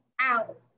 out